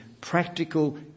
practical